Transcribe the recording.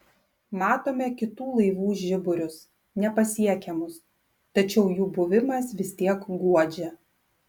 matome kitų laivų žiburius nepasiekiamus tačiau jų buvimas vis tiek guodžia